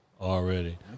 already